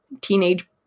teenage